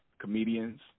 comedians